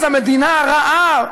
אז המדינה הרעה,